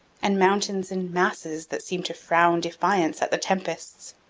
and mountains in masses that seem to frown defiance at the tempests.